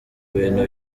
bintu